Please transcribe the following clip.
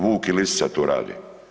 Vuk i lisica tu rade.